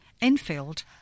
Enfield